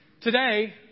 Today